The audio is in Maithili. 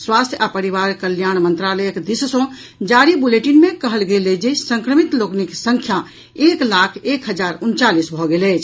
स्वास्थ्य आ परिवार कल्याण मंत्रालयक दिस सॅ जारी बुलेटिन मे कहल गेल अछि जे संक्रमित लोकनिक संख्या एक लाख एक हजार उनचालीस भऽ गेल अछि